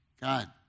God